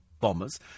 Bombers